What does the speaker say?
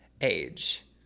age